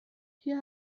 hier